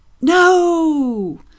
No